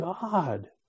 God